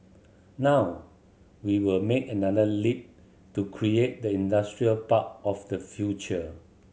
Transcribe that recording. now we will make another leap to create the industrial park of the future